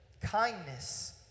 kindness